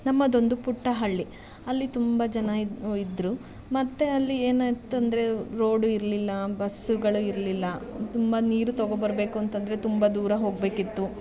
ನಮ್ಮದೊಂದು ಪುಟ್ಟ ಹಳ್ಳಿ ಅಲ್ಲಿ ತುಂಬ ಜನ ಇದ್ದರು ಮತ್ತು ಅಲ್ಲಿ ಏನಾಯ್ತಂದರೆ ರೋಡು ಇರಲಿಲ್ಲ ಬಸ್ಸುಗಳು ಇರಲಿಲ್ಲ ತುಂಬ ನೀರು ತಗೊ ಬರಬೇಕು ಅಂತಂದರೆ ತುಂಬ ದೂರ ಹೋಗಬೇಕಿತ್ತು